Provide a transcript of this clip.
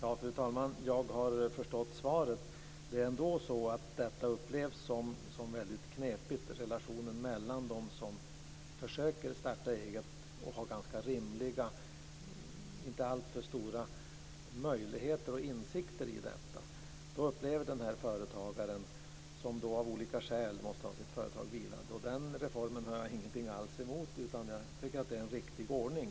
Fru talman! Jag har förstått svaret. Men det här med relationen mellan dem som försöker starta eget och som inte har alltför goda möjligheter och insikter och de företagare som av olika skäl måste ha sitt företag vilande upplevs ändå som knepigt. Den här reformen har jag ingenting emot. Jag tycker att det är en riktig ordning.